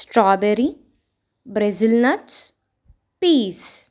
strawberry Brazil nuts peas